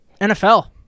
NFL